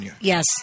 Yes